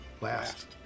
last